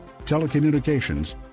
telecommunications